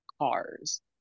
cars